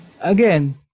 again